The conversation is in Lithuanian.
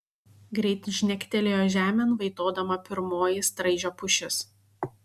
greit žnegtelėjo žemėn vaitodama pirmoji straižio pušis